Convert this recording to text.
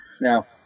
Now